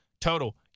total